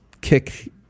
kick